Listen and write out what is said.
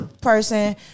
person